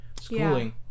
schooling